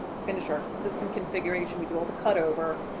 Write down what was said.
finish our system configuration, we do all the cut over,